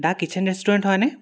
the kitchen restaurant হয়নে